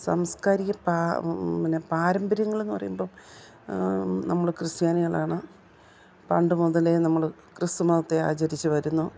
സാംസ്കാരിക പാ പിന്നെ പാരമ്പര്യങ്ങളെന്നു പറയുമ്പം നമ്മൾ ക്രിസ്ത്യാനികളാണ് പണ്ട് മുതലേ നമ്മൾ ക്രിസ്തുമതത്തെ ആചരിച്ചു വരുന്നു